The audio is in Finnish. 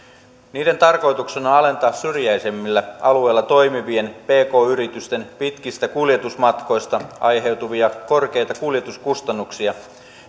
niiden tarkoituksena on alentaa syrjäisemmillä alueilla toimivien pk yritysten pitkistä kuljetusmatkoista aiheutuvia korkeita kuljetuskustannuksia